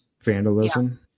vandalism